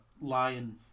lion